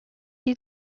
die